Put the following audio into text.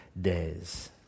days